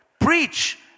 preach